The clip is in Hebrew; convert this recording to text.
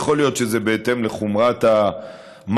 יכול להיות שזה בהתאם לחומרת המעשים.